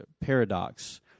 paradox